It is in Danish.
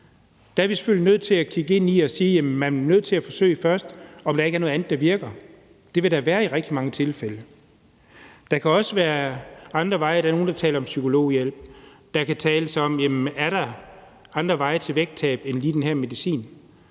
er vi selvfølgelig nødt til at kigge på, om man skal sige, at man er nødt til først at forsøge at se, om der ikke er noget andet, der virker. Det vil der være i rigtig mange tilfælde. Der kan også være andre veje. Der er nogle, der taler om psykologhjælp. Der kan tales om, om der er andre veje til vægttab end lige den her medicin.